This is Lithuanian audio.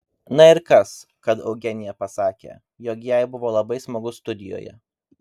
na ir kas kad eugenija pasakė jog jai buvo labai smagu studijoje